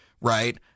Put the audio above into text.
Right